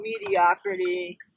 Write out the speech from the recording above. mediocrity